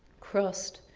crossed,